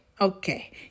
okay